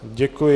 Děkuji.